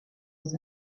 was